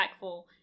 impactful